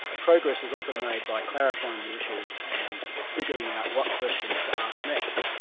progress is often made by clarifying the issues and figuring out what questions to ask next.